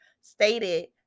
stated